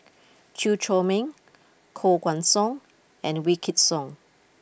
Chew Chor Meng Koh Guan Song and Wykidd Song